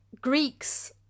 Greeks